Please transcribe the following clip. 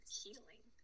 healing